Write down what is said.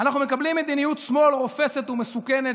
אנחנו מקבלים מדיניות שמאל רופסת ומסוכנת